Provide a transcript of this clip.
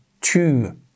two